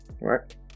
right